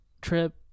trip